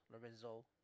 Lorenzo